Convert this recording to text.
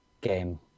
game